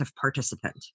participant